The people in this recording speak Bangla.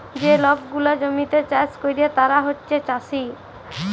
যে লক গুলা জমিতে চাষ ক্যরে তারা হছে চাষী